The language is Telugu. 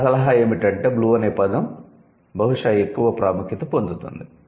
నా సలహా ఏమిటంటే బ్లూ అనే పదo బహుశా ఎక్కువ ప్రాముఖ్యత పొందుతోంది